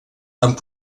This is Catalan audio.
amb